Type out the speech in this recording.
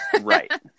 right